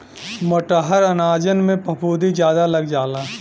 मोटहर अनाजन में फफूंदी जादा लग जाला